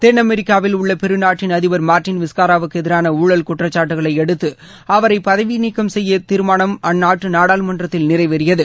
தென் அமெரிக்காவில் உள்ள பெரு நாட்டின் அதிபர் மார்டின் விஸ்கரா எதிரான ஊழல் குற்றச்சாட்டுகளை அடுத்து அவரை பதவி நீக்கம் செய்யும் தீர்மானம் அந்நாட்டு நாடாளுமன்றத்தில் நிறைவேறியது